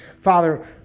father